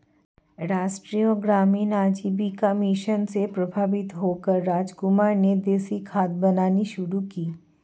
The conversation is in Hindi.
राष्ट्रीय ग्रामीण आजीविका मिशन से प्रभावित होकर रामकुमार ने देसी खाद बनानी शुरू की